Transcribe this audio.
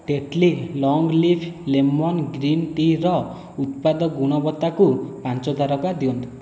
Tetley long leaf lemon green ଟି'ର ଉତ୍ପାଦ ଗୁଣବତ୍ତାକୁ ପାଞ୍ଚ ତାରକା ଦିଅନ୍ତୁ